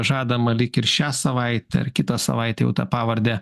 žadama lyg ir šią savaitę ar kitą savaitę jau tą pavardę